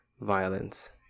violence